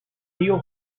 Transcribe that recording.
tío